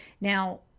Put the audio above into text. Now